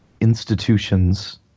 institutions